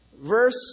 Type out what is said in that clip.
Verse